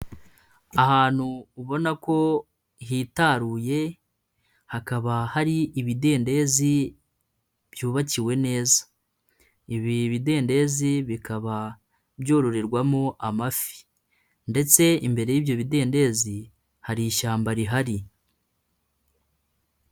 Ahantu ubona ko hitaruye, hakaba hari ibidendezi byubakiwe neza. Ibi bidendezi bikaba byororerwamo amafi. Ndetse imbere y'ibyo bidendezi hari ishyamba rihari.